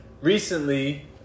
recently